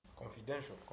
confidential